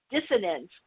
dissonance